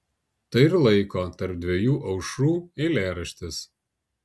tai ir laiko tarp dviejų aušrų eilėraštis